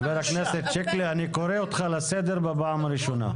ח"כ שיקלי אני קורא אותך לסדר בפעם הראשונה.